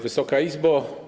Wysoka Izbo!